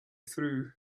through